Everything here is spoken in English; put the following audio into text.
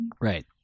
Right